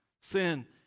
sin